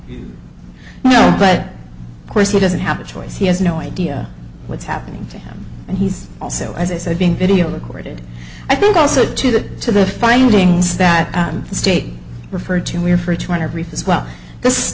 to know but of course he doesn't have a choice he has no idea what's happening to him and he's also as i said being video recorded i think also to the to the findings that the state referred to were for turner brief as well this